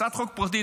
הצעת חוק פרטית,